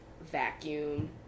Vacuum